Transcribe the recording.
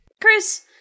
Chris